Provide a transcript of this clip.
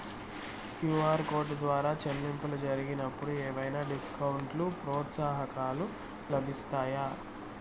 QR code ద్వారా చెల్లింపులు జరిగినప్పుడు ఏవైనా డిస్కౌంట్ లు, ప్రోత్సాహకాలు లభిస్తాయా?